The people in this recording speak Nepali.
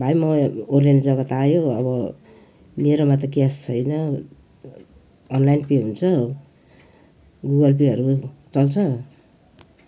भाइ म ओर्लिने जग्गा त आयो अब मेरोमा त क्यास छैन अनलाइन पे हुन्छ गुगल पेहरू चल्छ